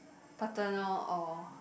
paternal or